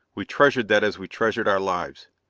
we treasured that as we treasured our lives.